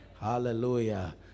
Hallelujah